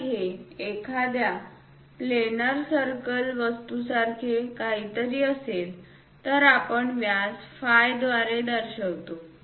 जर हे एखाद्या प्लॅनर सर्कल वस्तूसारखे काहीतरी असेल तर आपण व्यास फाय द्वारे दर्शवतो